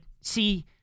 see